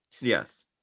Yes